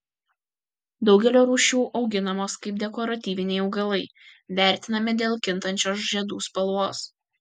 daugelio rūšių auginamos kaip dekoratyviniai augalai vertinami dėl kintančios žiedų spalvos